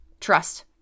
trust